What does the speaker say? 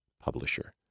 publisher